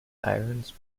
sirens